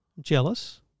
Jealous